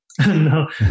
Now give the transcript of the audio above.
No